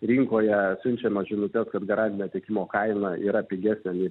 rinkoje siunčiamas žinutes kad garantinio tiekimo kaina yra pigesnė nei